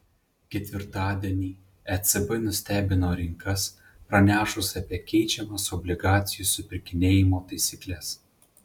ketvirtadienį ecb nustebino rinkas pranešus apie keičiamas obligacijų supirkinėjimo taisykles